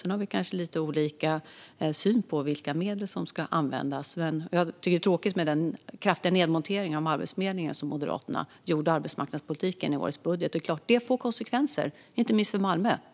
Sedan har vi kanske lite olika syn på vilka medel som ska användas. Jag tycker att det är tråkigt med den kraftiga nedmontering av Arbetsförmedlingen som Moderaterna gjorde i arbetsmarknadspolitiken i årets budget. Det är klart att det får konsekvenser, inte minst för Malmö.